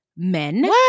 men